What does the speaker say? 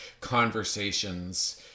conversations